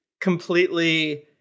completely